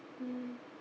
mm